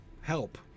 help